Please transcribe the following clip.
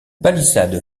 palissade